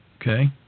okay